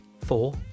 four